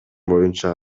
боюнча